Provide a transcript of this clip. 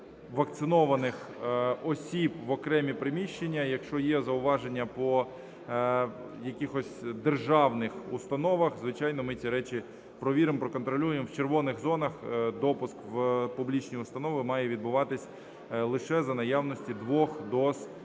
вакцинованих осіб в окремі приміщення. Якщо є зауваження по якихось державних установах, звичайно, ми ці речі перевіримо, проконтролюємо. В "червоних" зонах допуск в публічні установи має відбуватися лише за наявності двох доз або